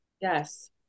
Yes